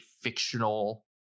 fictional